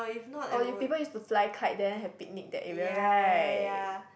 orh you people used to fly kite there have picnic that area right